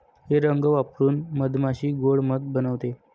हे रंग वापरून मधमाशी गोड़ मध बनवते